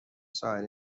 سایر